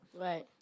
Right